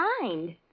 mind